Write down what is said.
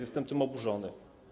Jestem tym oburzony.